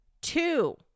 Two